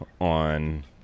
on